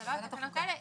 זה לא התקנות האלה,